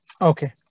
Okay